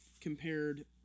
compared